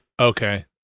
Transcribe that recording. Okay